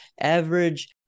Average